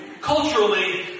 culturally